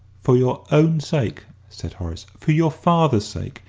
for your own sake, said horace for your father's sake.